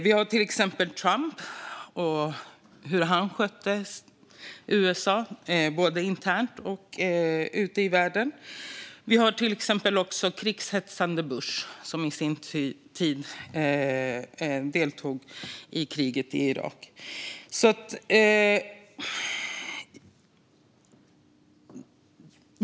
Vi har exemplet Trump och hur han skötte USA både internt och ute i världen, och vi har även exemplet den krigshetsande Bush, som på sin tid deltog i kriget i Irak.